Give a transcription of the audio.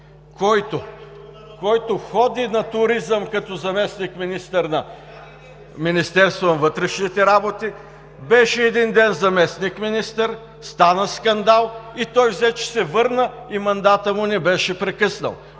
който ходи на туризъм като заместник-министър на вътрешните работи? Беше един ден заместник-министър, стана скандал и той взе, че се върна – мандатът му не беше прекъснал.